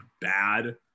bad